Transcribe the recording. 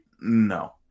No